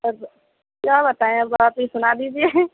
اب کیا بتائیں اب آپ ہی سنا دیجیے